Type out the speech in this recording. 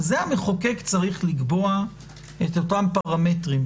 זה המחוקק צריך לקבוע את אותם פרמטרים.